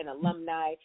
alumni